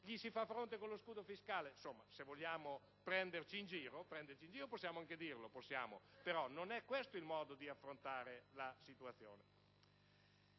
potervi fare fronte con lo scudo fiscale? Insomma, se vogliamo prenderci in giro, possiamo farlo, ma non è questo il modo di affrontare la situazione!